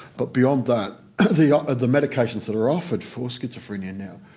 but beyond that the ah ah the medications that are offered for schizophrenia now,